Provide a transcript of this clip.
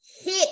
hit